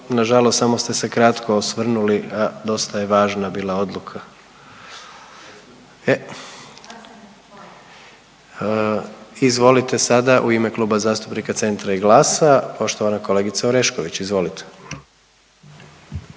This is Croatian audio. nažalost samo ste se kratko osvrnuli, a dosta je važna bila odluka. E, izvolite sada u ime Kluba zastupnika Centra i GLAS-a, poštovana kolegica Orešković, izvolite.